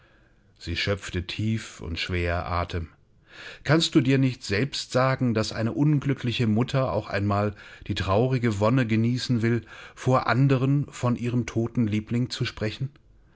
sie schöpfte tief und schwer atem kannst du dir nicht selbst sagen daß eine unglückliche mutter auch einmal die traurige wonne genießen will vor anderen von ihrem toten liebling zu sprechen